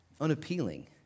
unappealing